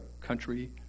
country